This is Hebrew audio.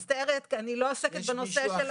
אני מצטערת, אני לא עוסקת בנושא.